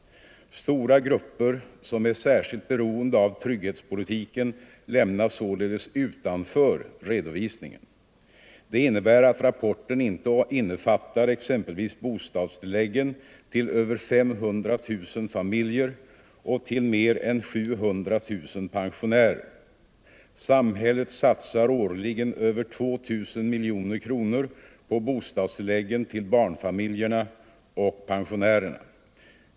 Stora grupper som är särskilt beroende av trygghetspolitiken lämnas således utanför redovisningen. Det innebär att rapporten inte innefattar exempelvis bostadstilläggen till över 500 000 familjer och till mer än 700 000 pensionärer. Samhället satsar årligen över 2 000 miljoner kronor på bostadstilläggen till barnfamiljerna och pensionärerna.